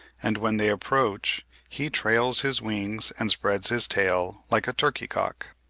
and when they approach he trails his wings and spreads his tail like a turkey-cock.